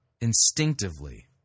instinctively